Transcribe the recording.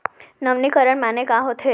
नवीनीकरण माने का होथे?